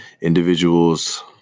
individuals